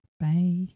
Bye